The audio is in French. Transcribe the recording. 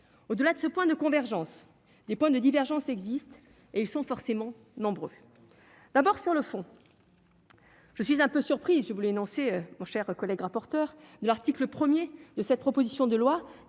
au-delà de ce point de convergence, les points de divergences existent et ils sont forcément nombre d'abord sur le fond. Je suis un peu surpris si vous voulez annoncer mon cher collègue, rapporteur de l'article 1er de cette proposition de loi